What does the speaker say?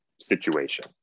situation